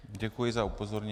Děkuji za upozornění.